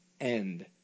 end